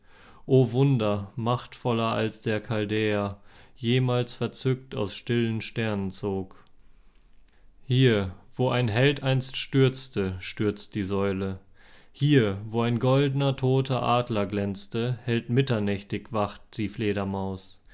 o wunder machtvoller als der chaldäer jemals verzückt aus stillen sternen zog hier wo ein held einst stürzte stürzt die säule hier wo ein goldner toter adler glänzte hält mitternächtig wacht die fledermaus